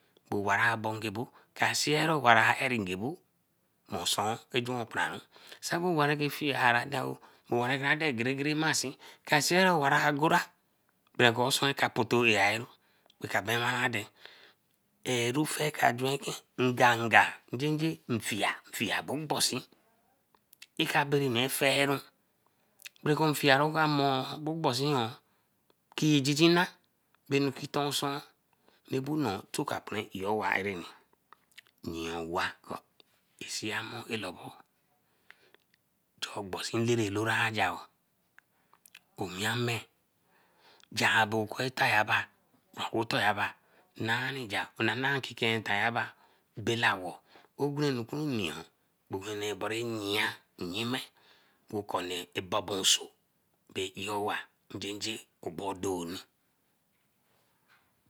Owa ra bongebo ka seari owara erigbo mor esun ra juan okparanwon sabe owa ra fie aradowo, owa rada aganregenra masin ka seera owa ra gora raka biera aden. Eru fieka juen ken, nganga jenje nfia abonbosi ekabori enu ra fieru. Berekon fie ra ka mor gboosin yo key jijina bae anu ki ton osun. Toka kpara iyo owa areni, yia owa ra eleri, tay ogbonsi lele lora ajar oo owin ame jah bey oku etayaba bra oku otoyaba naeri jar. E nar kuniya, obere yia yime kone abobonso ba aowa jinji obodoni